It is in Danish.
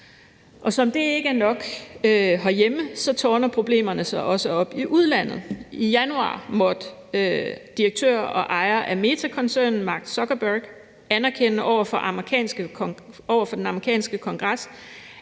om det ikke var nok herhjemme, tårner problemerne sig også op i udlandet. I januar måtte direktør og ejer af koncernen Meta, Mark Zuckerberg, anerkende over for den amerikanske kongres,